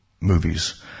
movies